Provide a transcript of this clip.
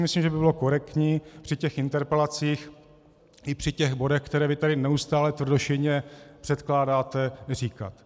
Myslím si, že to by bylo korektní při interpelacích i při bodech, které vy tady neustále tvrdošíjně předkládáte, říkat.